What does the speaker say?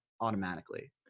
automatically